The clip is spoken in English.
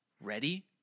ready